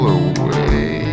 away